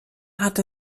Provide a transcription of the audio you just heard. hat